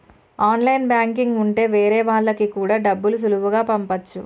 online banking ఉంటె వేరే వాళ్ళకి కూడా డబ్బులు సులువుగా పంపచ్చు